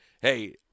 hey